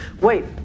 Wait